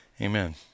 Amen